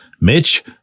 Mitch